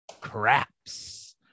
craps